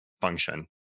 function